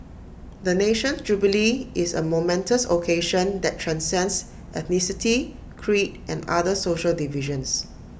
the nation's jubilee is A momentous occasion that transcends ethnicity creed and other social divisions